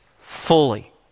fully